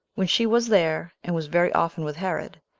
when she was there, and was very often with herod,